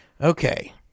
Okay